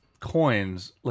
coins